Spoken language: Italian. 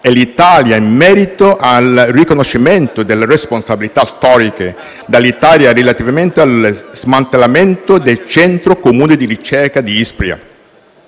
e l'Italia in merito al riconoscimento delle responsabilità storiche dell'Italia relativamente allo smantellamento del Centro comune di ricerca di Ispra.